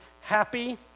happy